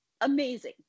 amazing